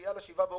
דחייה ל-7 באוגוסט.